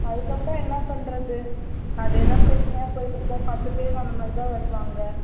அதுக்கப்புறம் என்ன பண்ணுறது அதே தான் பிரச்சனையாக போயிட்டிருக்கும் பத்து பேர் அந்தமாதிரி தான் வருவாங்கள்